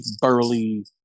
burly